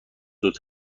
زود